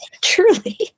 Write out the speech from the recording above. Truly